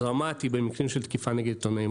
דרמטי במקרים של תקיפה נגד עיתונאים.